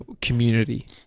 community